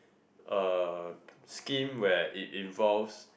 uh scheme where it involves